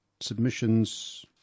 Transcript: submissions